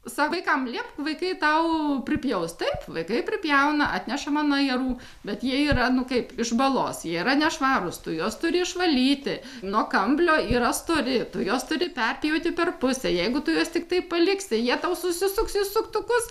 savo vaikam liepk vaikai tau pripjaus taip vaikai pripjauna atneša man ajerų bet jie yra nu kaip iš balos jie yra nešvarūs tu jos turi išvalyti nuo kamblio yra stori tu jos turi perpjauti per pusę jeigu tu juos tiktai paliksi jie tau susisuks į suktukus